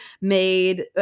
made